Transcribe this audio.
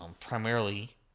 primarily